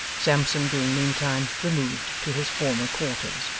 sampson being meantime removed to his former quarters.